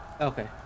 Okay